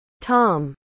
Tom